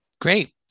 Great